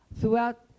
throughout